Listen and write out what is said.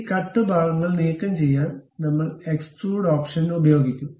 ഈ കട്ട് ഭാഗങ്ങൾ നീക്കംചെയ്യാൻ നമ്മൾ എക്സ്ട്രൂഡ് ഓപ്ഷൻ ഉപയോഗിക്കും